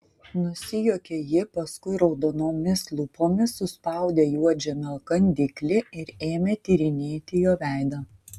nusijuokė ji paskui raudonomis lūpomis suspaudė juodmedžio kandiklį ir ėmė tyrinėti jo veidą